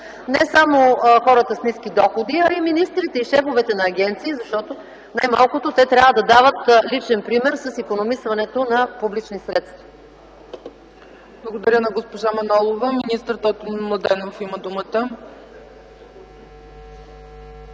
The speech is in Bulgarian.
не само хората с ниски доходи, а и министрите, и шефовете на агенции, защото най малкото те трябва да дават личен пример с икономисването на публични средства. ПРЕДСЕДАТЕЛ ЦЕЦКА ЦАЧЕВА : Благодаря на госпожа Манолова. Министър Тотю Младенов има думата.